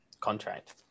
Contract